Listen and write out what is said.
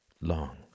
long